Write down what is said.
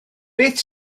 beth